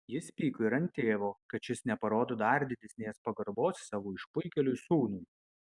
jis pyko ir ant tėvo kad šis neparodo dar didesnės pagarbos savo išpuikėliui sūnui